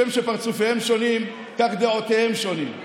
"כשם שפרצופיהם שונים כך דעותיהם שונות".